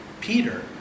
Peter